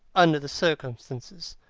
under the circumstances.